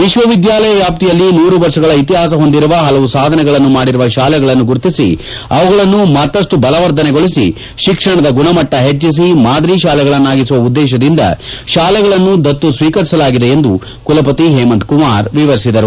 ವಿಶ್ವವಿದ್ಯಾಲಯ ವಾಷ್ತಿಯಲ್ಲಿ ನೂರು ವರ್ಷಗಳ ಇತಿಹಾಸ ಹೊಂದಿರುವ ಪಲವು ಸಾಧನೆಗಳನ್ನು ಮಾಡಿರುವ ಶಾಲೆಗಳನ್ನು ಗುರುತಿಸಿ ಅವುಗಳನ್ನು ಮತ್ತಷ್ಟು ಬಲವರ್ಧನೆಗೊಳಿಸಿ ತಿಕ್ಷಣದ ಗುಣಮಟ್ಟ ಹೆಚ್ಚಿಸಿ ಮಾದರಿ ಶಾಲೆಗಳನ್ನಾಗಿಸುವ ಉದ್ದೇಶದಿಂದ ಶಾಲೆಗಳನ್ನು ದತ್ತು ಸ್ವೀಕರಿಸಲಾಗಿದೆ ಎಂದು ಕುಲಪತಿ ಹೇಮಂತ್ ಕುಮಾರ್ ವಿವರಿಸಿದರು